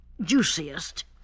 Juiciest